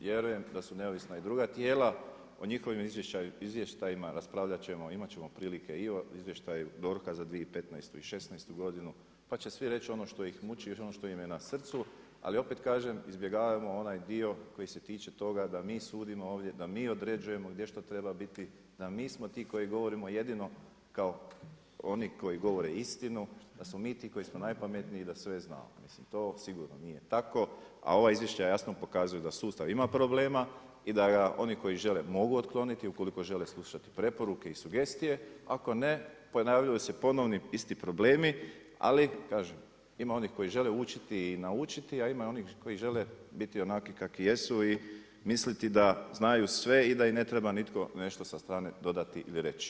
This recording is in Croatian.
Vjerujem da su neovisna i druga tijela, o njihovim izvještajima raspravljat ćemo, imat ćemo prilike i o izvještaju DORH-a za 2015. i 2016. godinu, pa će svi reći ono što ih muči, ono što im je na srcu, ali opet kažem izbjegavajmo onaj dio koji se tiče toga da mi sudimo ovdje, da mi određujemo gdje što treba biti, da mi smo ti koji govorimo jedino kao oni koji govore istinu, da smo mi to koji su najpametniji i da sve znamo, mislim to sigurno nije tako, a ova izvješća jasno pokazuju da sustav ima problema i da ga oni koji žele, mogu otkloniti ukoliko žele slušati preporuke i sugestije, ako ne, ponavljaju se ponovni, isti problemi ali kažem ima oni koji žele učiti i naučiti, a ima onih koji žele biti onakvi kakvi jesu i misliti da znaju sve i da im ne treba nitko nešto sa strane dodati ili reći.